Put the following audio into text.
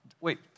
Wait